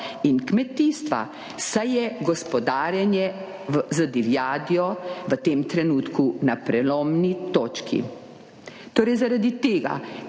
in kmetijstva, saj je gospodarjenje z divjadjo v tem trenutku na prelomni točki. Torej, zaradi tega,